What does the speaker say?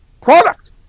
product